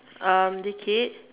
um the kid